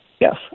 Yes